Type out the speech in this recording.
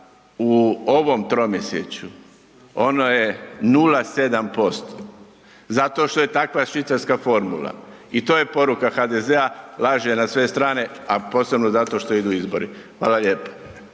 u ovom tromjesečju, ono je 0,7%, zato što je takva švicarska formula i to je poruka HDZ-a, laže na sve strane, a posebno zato što idu izbori. Hvala lijepo.